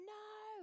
no